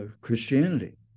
Christianity